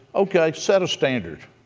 okay, set a standard.